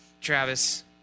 Travis